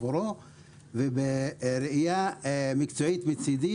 ובראייה מקצועית מצדי,